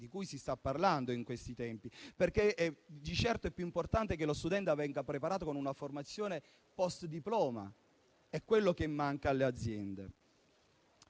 di cui si sta parlando in questi tempi, perché di certo è più importante che lo studente venga preparato con una formazione post-diploma, che è quello che manca alle aziende.